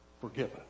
Forgiven